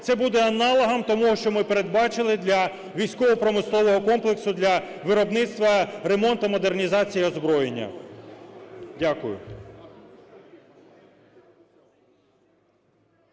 Це буде аналогом того, що ми передбачили для військово-промислового комплексу, для виробництва, ремонту, модернізації і озброєння. Дякую.